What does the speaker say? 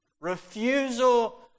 Refusal